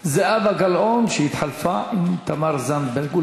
זהבה גלאון, שהתחלפה עם תמר זנדברג.